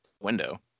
window